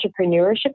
entrepreneurship